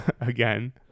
again